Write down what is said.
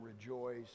rejoice